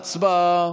הצבעה.